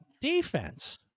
Defense